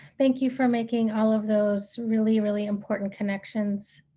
thank you for making all of those really, really important connections.